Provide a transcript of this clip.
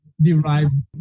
derived